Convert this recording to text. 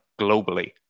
globally